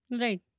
Right